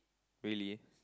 really